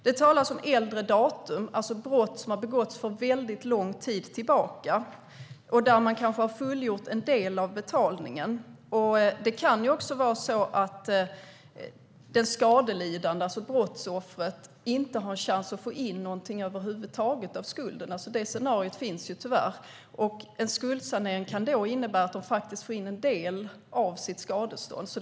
Det talas om äldre datum, alltså brott som har begåtts för väldigt lång tid sedan och där man kanske har fullgjort en del av betalningen. Det kan också vara så att den skadelidande, alltså brottsoffret, inte har chans att få in något över huvud taget av skulden - det scenariot finns tyvärr. En skuldsanering kan då innebära att brottsoffret får in en del av skadeståndet.